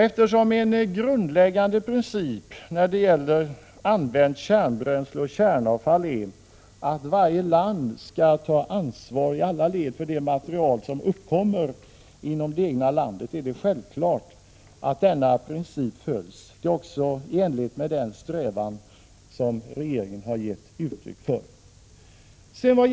Eftersom en grundläggande princip beträffande använt kärnbränsle och kärnavfall är att varje land skall i alla led ta ansvar för det material som uppkommer inom det egna landet, följer självfallet Sverige denna princip. Det är också i enlighet med den strävan som regeringen har gett uttryck för.